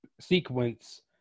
sequence